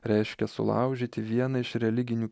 reiškia sulaužyti vieną iš religinių